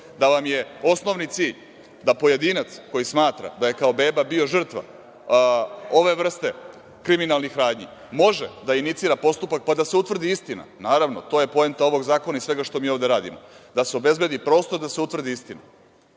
da vam je osnovni cilj da pojedinac koji smatra da je kao beba bio žrtva ove vrste kriminalnih radnji može da inicira postupak pa da se utvrdi istina. Naravno, to je poenta ovog zakona i svega što mi ovde radimo, da se obezbedi prostor da se utvrdi istina,